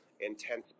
intense